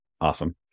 Awesome